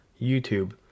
YouTube